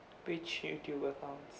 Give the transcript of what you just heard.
which youtube accounts